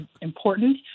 important